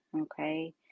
Okay